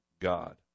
God